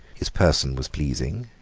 his person was pleasing,